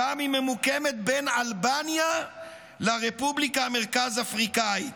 שם היא ממוקמת בין אלבניה לרפובליקה המרכז אפריקאית.